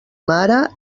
mare